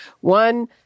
one